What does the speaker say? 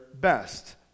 best